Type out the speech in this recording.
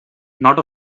not